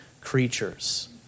creatures